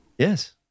Yes